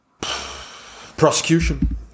prosecution